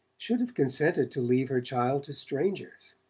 should have consented to leave her child to strangers.